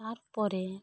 ᱛᱟᱨᱯᱚᱨᱮ